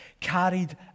carried